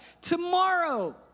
tomorrow